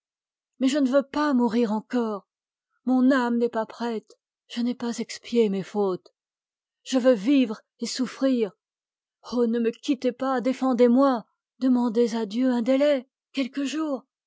mais je ne veux pas mourir encore mon âme n'est pas prête je n'ai pas expié mes fautes je veux vivre et souffrir oh ne me quittez pas défendez-moi demandez à dieu un délai quelques jours